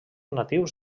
natius